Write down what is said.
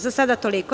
Za sada toliko.